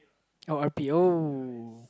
oh R_P oh